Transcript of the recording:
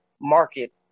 market